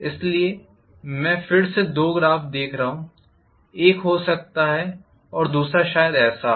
इसलिए मैं फिर से दो ग्राफ़ देख रहा हूं एक ऐसा हो सकता है और दूसरा शायद ऐसा हो